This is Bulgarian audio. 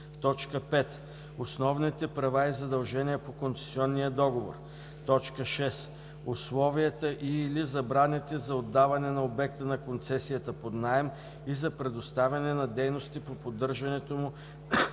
5. основните права и задължения по концесионния договор; 6. условията и/или забраните за отдаване на обекта на концесията под наем и за предоставяне на дейности по поддържането му